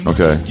Okay